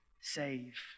save